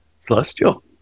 Celestial